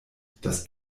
das